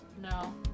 No